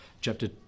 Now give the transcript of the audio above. Chapter